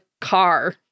car